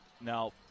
Now